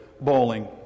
bowling